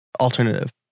alternative